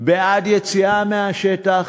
בעד יציאה מהשטח,